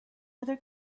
other